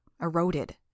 eroded